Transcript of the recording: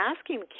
asking